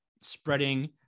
spreading